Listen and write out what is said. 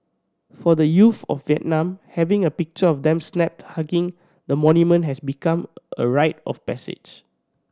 for the youth of Vietnam having a picture of them snapped hugging the monument has become a rite of passage